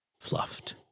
fluffed